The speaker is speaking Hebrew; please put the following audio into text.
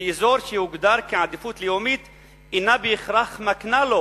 באזור שהוגדר כעדיפות לאומית אינה בהכרח מקנה לו